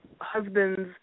husband's